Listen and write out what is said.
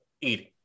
eating